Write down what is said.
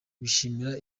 bishimira